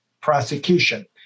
prosecution